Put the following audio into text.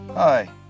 Hi